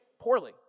poorly